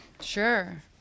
sure